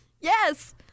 Yes